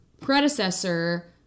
predecessor